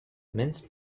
mince